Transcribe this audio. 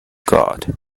god